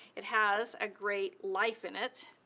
it has a great life in it,